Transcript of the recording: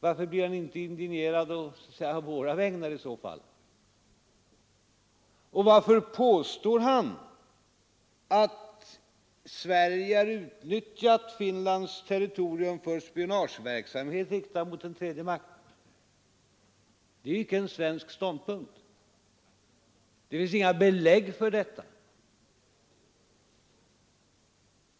Varför blir han inte indignerad å våra vägnar i så fall, och varför påstår han att Sverige har utnyttjat Finlands territorium för spionageverksamhet riktad mot en tredje makt? Det är ju icke en svensk ståndpunkt. Det finns inga belägg för detta.